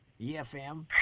yeah, fam.